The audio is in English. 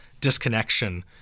disconnection